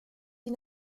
die